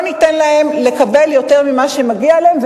לא ניתן להם לקבל יותר ממה שמגיע להם,